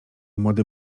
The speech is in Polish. młody